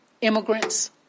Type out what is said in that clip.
immigrants